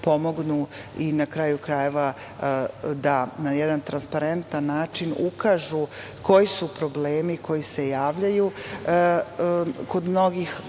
i na kraju krajeva da na jedan transparentan način, ukažu koji su problemi koji se javljaju kod mnogih korisnika,